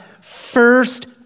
first